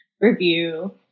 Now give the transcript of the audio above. review